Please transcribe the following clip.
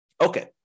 Okay